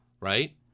right